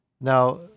Now